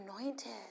anointed